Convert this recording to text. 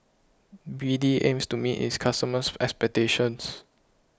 B D aims to meet its customers' expectations